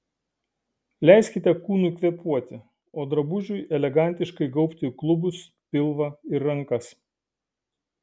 leiskite kūnui kvėpuoti o drabužiui elegantiškai gaubti klubus pilvą ir rankas